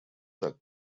так